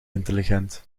intelligent